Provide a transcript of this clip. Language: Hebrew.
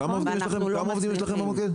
כמה עובדים יש לכם במוקד?